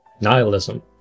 nihilism